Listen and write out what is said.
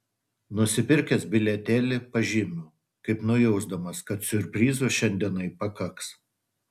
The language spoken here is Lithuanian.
nusipirkęs bilietėlį pažymiu kaip nujausdamas kad siurprizų šiandienai pakaks